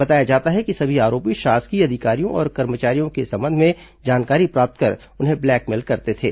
बताया जाता है कि सभी आरोपी शासकीय अधिकारियों और कर्मचारियों के संबंध में जानकारी प्राप्त कर उन्हें ब्लैकमेल करते थे